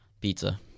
Pizza